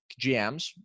GMs